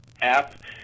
app